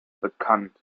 bekannt